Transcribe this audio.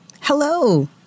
hello